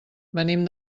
venim